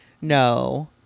no